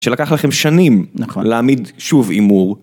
שלקח לכם שנים להעמיד שוב הימור.